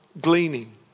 gleaning